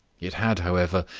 it had, however,